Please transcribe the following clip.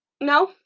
No